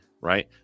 right